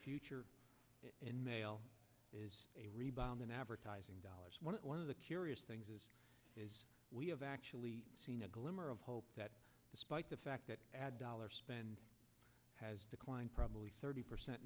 future in mail is a rebound in advertising dollars one of the curious things is we have actually seen a glimmer of hope that despite the fact that ad dollars has declined probably thirty percent